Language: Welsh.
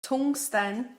twngsten